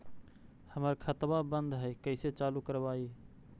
हमर खतवा बंद है कैसे चालु करवाई?